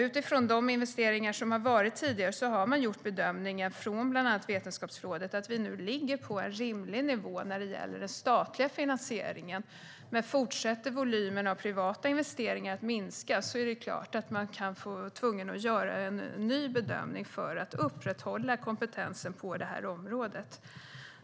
Utifrån tidigare investeringar har man gjort bedömningen från bland annat Vetenskapsrådet att vi nu ligger på en rimlig nivå när det gäller den statliga finansieringen. Men om volymerna av privata investeringar fortsätter att minska är det klart att man kan vara tvungen att göra en ny bedömning för att upprätthålla kompetensen på detta område.